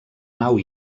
nau